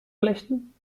flechten